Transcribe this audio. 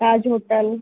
Taj hotel